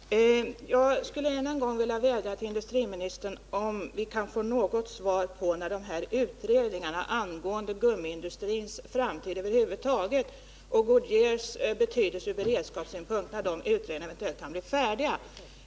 Fru talman! Jag skulle än en gång vilja vädja till industriministern om ett besked när de här utredningarna angående gummiindustrins framtid över huvud taget och Goodyears betydelse ur beredskapssynpunkt eventuellt kan bli färdiga.